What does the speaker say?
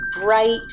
bright